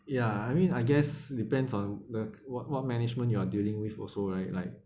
ya I mean I guess depends on the what what management you are dealing with also right like